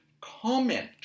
comment